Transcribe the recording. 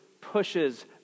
pushes